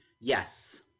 Yes